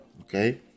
okay